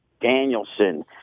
Danielson